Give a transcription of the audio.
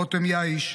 רותם יעיש,